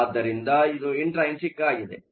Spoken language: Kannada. ಆದ್ದರಿಂದ ಇದು ಇಂಟ್ರೈನ್ಸಿಕ್ ಆಗಿದೆ